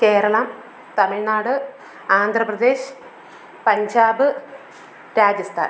Keralam Tamil Nadu Andhra Pradesh Punjab Rajasthan